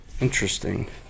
Interesting